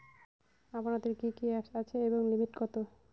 আপনাদের কি কি অ্যাপ আছে এবং লিমিট কত?